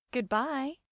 Goodbye